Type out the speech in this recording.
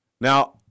Now